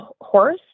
horse